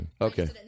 Okay